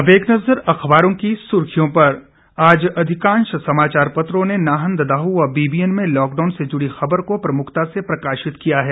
अब एक नजर अखबारों की सुर्खियों पर आज अधिकांश समाचार पत्रों ने नाहन ददाहू व बीबीएन में लॉकडाउन से जुड़ी खबर को प्रमुखता से प्रकाशित किया है